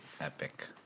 epic